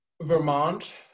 Vermont